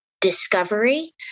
Discovery